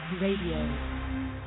Radio